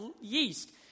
yeast